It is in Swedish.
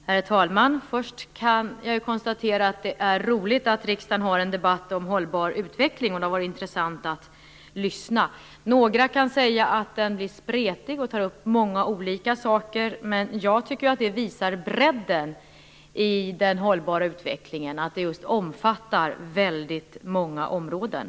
Herr talman! Först kan jag konstatera att det är roligt att riksdagen har en debatt om hållbar utveckling. Det har varit intressant att lyssna. Några kan säga att debatten blir spretig och tar upp många olika saker, men jag tycker att det visar bredden i den hållbara utvecklingen. Den omfattar just många områden.